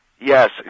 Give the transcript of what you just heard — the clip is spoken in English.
Yes